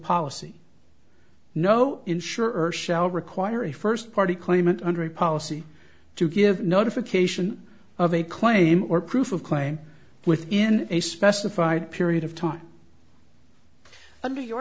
policy no insurer shall require a first party claimant under a policy to give notification of a claim or proof of claim within a specified period of time under your